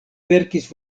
verkis